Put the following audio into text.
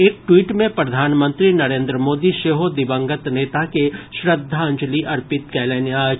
एक ट्वीट मे प्रधानमंत्री नरेन्द्र मोदी सेहो दिवंगत नेता के श्रद्धांजलि अर्पित कयलनि अछि